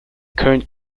current